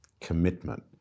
commitment